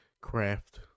craft